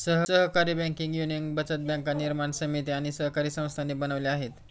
सहकारी banking union बचत बँका निर्माण समिती आणि सहकारी संस्थांनी बनवल्या आहेत